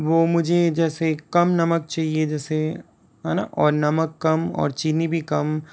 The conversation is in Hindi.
वो मुझे जैसे कम नमक चाहिए जैसे है ना और नमक कम और चीनी भी कम